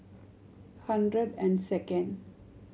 hundred and second